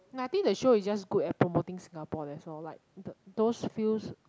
no I think the show is just good at promoting singapore that's all like those fews